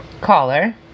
collar